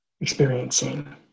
Experiencing